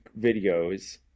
videos